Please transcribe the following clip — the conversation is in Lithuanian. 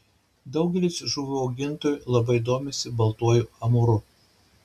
daugelis žuvų augintojų labai domisi baltuoju amūru